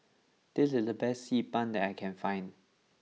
this is the best Xi Ban that I can find